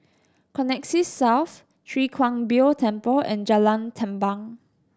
Connexis South Chwee Kang Beo Temple and Jalan Tampang